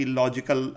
logical